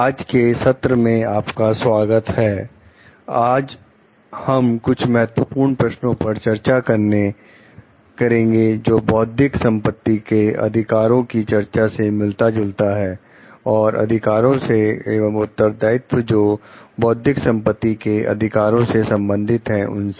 आज के सत्र में आपका स्वागत है आज हम कुछ महत्वपूर्ण प्रश्नों पर चर्चा करेंगे जो बौद्धिक संपत्ति के अधिकारों की चर्चा से मिलता जुलता है और अधिकारों से एवं उत्तरदायित्व जो बौद्धिक संपत्ति के अधिकारों से संबंधित हैं उनसे